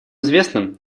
известно